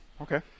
Okay